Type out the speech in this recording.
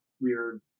weird